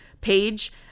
page